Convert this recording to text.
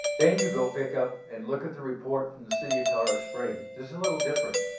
then you go pick up and look at the report from the city of colorado springs. this is a little different.